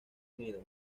unido